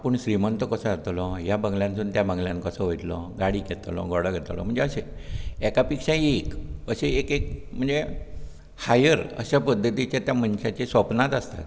आपूण श्रीमंत कसो जातलो ह्या बंगल्यांतसून त्या बंगल्यांत कसो वयतलो गाडी घेतलो घोडो घेतलो म्हणजे अशें एका पेक्षा एक अशें एक एक म्हणजे हायर अश्या पध्दतीचें त्या मनशाचे सोपनाच आसतात